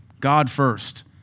God-first